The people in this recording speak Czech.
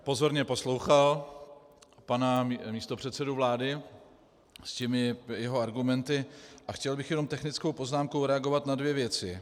Pozorně jsem poslouchal pana místopředsedu vlády s těmi jeho argumenty a chtěl bych jenom technickou poznámkou reagovat na dvě věci.